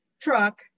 truck